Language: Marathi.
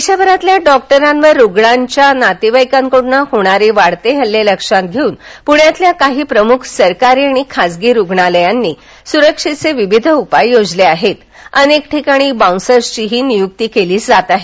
देशभरातील डॉक्टरांवर रुग्णांच्या नातेवाईकांकडून होणारे वाढते हल्ले लक्षात घेऊन प्ण्यातील काही प्रमुख सरकारी आणि खासगी रुग्णालयांनी सुरक्षेचे विविध उपाय योजले असून अनेक ठिकाणी वाऊन्सर्सचीही नियुक्ती केली जात आहे